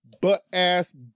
Butt-ass